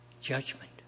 Judgment